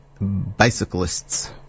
bicyclists